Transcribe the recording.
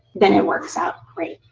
then it works out great.